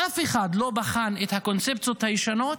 אף אחד לא בחן את הקונספציות הישנות